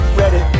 ready